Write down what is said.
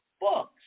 books